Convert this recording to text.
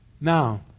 Now